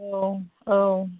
औ औ